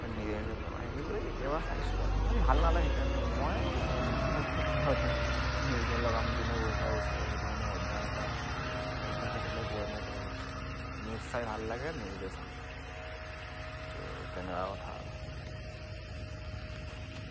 নিজে নিজে লগায় সেইবোৰে কেতিয়াবা চাইছো আৰু ইমান ভাল নালাগে সেইকাৰণে মই ৰিম'তটো পালে মানে নিউজে লগাম যোনে বহি থাকক ওচৰত সেইটো মানে অভ্যাস এটা অভ্যাস এটালে পৰিণত হৈছে মোৰ নিউজ চাই ভাল লাগে নিউজে চাম আৰু সেইটো তেনেকুৱা কথা আৰু